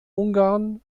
ungarn